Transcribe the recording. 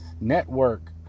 Network